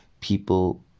people